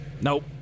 Nope